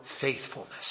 faithfulness